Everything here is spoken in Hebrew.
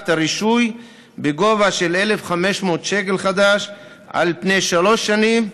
הרישוי בגובה של 1,500 שקל חדש על פני שלוש שנים,